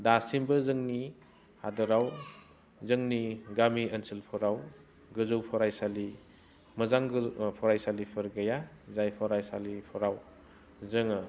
दासिबो जोंनि हादराव जोंनि गामि ओनसोलफोराव गोजौ फराइसालि मोजां फराइसालिफोर गैया जाय फराइसालिफोराव जोङो